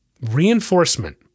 Reinforcement